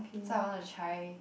so I want to try